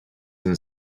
and